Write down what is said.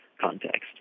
context